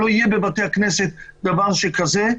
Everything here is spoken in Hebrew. שלא יהיה בבתי הכנסת דבר שכזה,